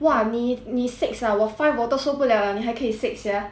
!wah! 你你 six ah 我 five 我都受不 liao liao 你还可以 six sia